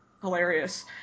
hilarious